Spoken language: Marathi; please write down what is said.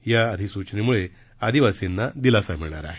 या अधिसूचनामुळे आदिवासींना दिलासा मिळणार आहे